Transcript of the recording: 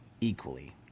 equally